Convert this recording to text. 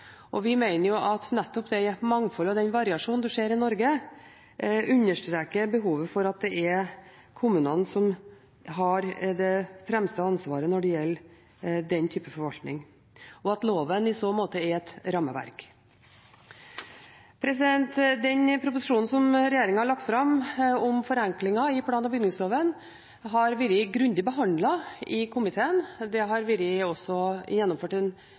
og vi mener at det mangfoldet og den variasjonen en ser i Norge, nettopp understreker behovet for at det er kommunene som har det fremste ansvaret når det gjelder den typen forvaltning, og at loven i så måte er et rammeverk. Proposisjonen som regjeringen har lagt fram om forenklinger i plan- og bygningsloven, har vært grundig behandlet i komiteen. Det har også vært gjennomført en